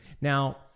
Now